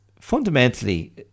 fundamentally